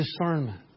discernment